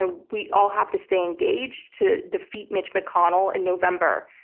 and we all have to stay engaged to defeat mitch mcconnell in november.